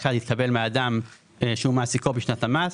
יד התקבל מאדם שהוא מעסיקו בשנת המס,